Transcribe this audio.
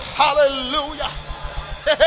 hallelujah